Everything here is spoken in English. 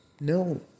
No